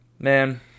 man